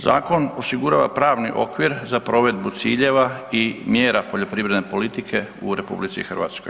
Zakon osigurava pravni okvir za provedbu ciljeva i mjera poljoprivredne politike u RH.